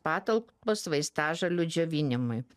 patalpos vaistažolių džiovinimui